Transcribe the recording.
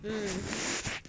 mm